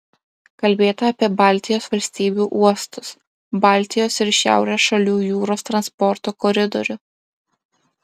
kalbėta apie baltijos valstybių uostus baltijos ir šiaurės šalių jūros transporto koridorių